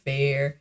Fair